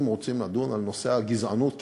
אם רוצים לדון בנושא הגזענות ככלל,